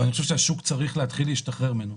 ואני חושב שהשוק צריך להתחיל להשתחרר ממנו.